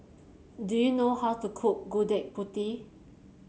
do you know how to cook Gudeg Putih